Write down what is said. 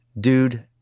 dude